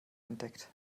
entdeckt